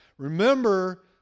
Remember